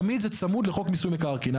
תמיד זה צמוד לחוק מיסוי מקרקעין.